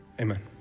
Amen